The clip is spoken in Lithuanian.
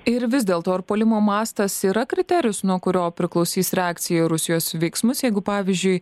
ir vis dėl to ar puolimo mastas yra kriterijus nuo kurio priklausys reakcija į rusijos veiksmus jeigu pavyzdžiui